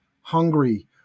hungry